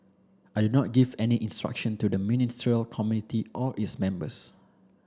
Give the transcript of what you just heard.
I do not give any instruction to the Ministerial Committee or its members